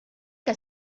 que